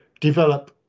develop